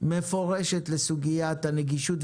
מפורשת לסוגיית הנגישות,